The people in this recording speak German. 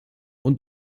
und